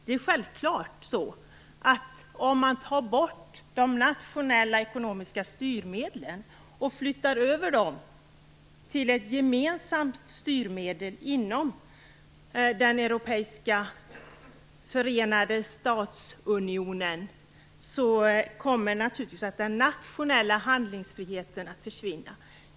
Det är självklart så att om man tar bort de nationella ekonomiska styrmedlen och flyttar över dem till ett gemensamt styrmedel inom den europeiska förenade statsunionen, så kommer den nationella handlingsfriheten att försvinna.